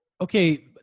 okay